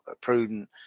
prudent